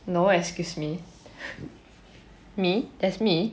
no excuse me me as me